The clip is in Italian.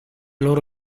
loro